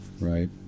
right